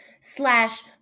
slash